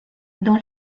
dans